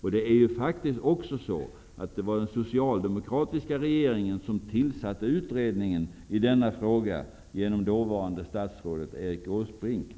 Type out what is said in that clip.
Och det är ju faktiskt också så att det var den socialdemokratiska regeringen som tillsatte utredningen i denna fråga genom dåvarande statsrådet Erik Åsbrink.